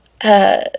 Uh